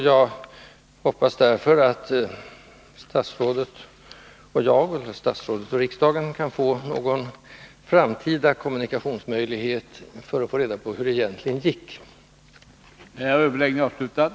Jag hoppas därför att det kommer att finnas någon möjlighet till framtida kommunikation mellan statsrådet och riksdagen, så att vi får reda på hur det till slut går.